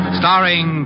starring